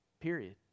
period